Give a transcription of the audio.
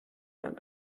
man